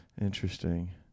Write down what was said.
Interesting